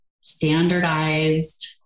standardized